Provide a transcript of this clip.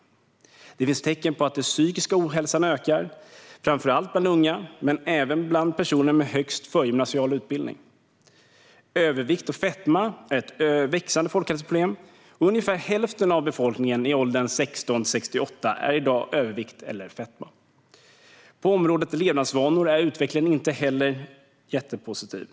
Det finns tecken på att den psykiska ohälsan ökar, framför allt bland unga och bland personer med högst förgymnasial utbildning. Övervikt och fetma är ett växande folkhälsoproblem. Ungefär hälften av befolkningen i åldrarna 16-68 år har i dag övervikt eller fetma. På området Levnadsvanor är utvecklingen inte heller jättepositiv.